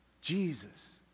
Jesus